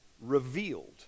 revealed